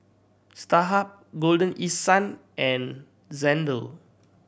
Starhub Golden East Sun and Xndo